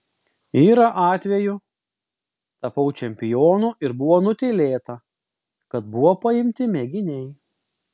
yra atvejų tapau čempionu ir buvo nutylėta kad buvo paimti mėginiai